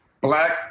black